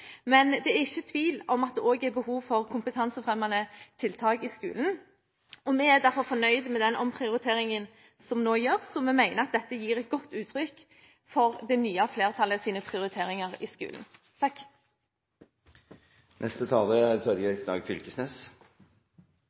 Men det er ikke tvil om at det også er behov for kompetansefremmende tiltak i skolen. Vi er derfor fornøyd med den omprioriteringen som nå gjøres, for vi mener at dette gir et godt uttrykk for det nye flertallets prioriteringer i skolen. Det er